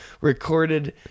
recorded